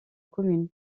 commune